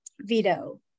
veto